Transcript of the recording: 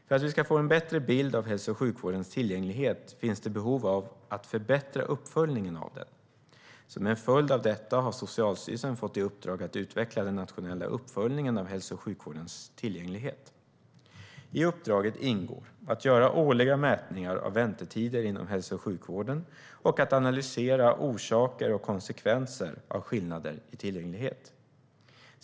För att vi ska få en bättre bild av hälso och sjukvårdens tillgänglighet finns det behov av att förbättra uppföljningen av den. Som en följd av detta har Socialstyrelsen fått i uppdrag att utveckla den nationella uppföljningen av hälso och sjukvårdens tillgänglighet. I uppdraget ingår att göra årliga mätningar av väntetider inom hälso och sjukvården och att analysera orsaker och konsekvenser av skillnader i tillgänglighet.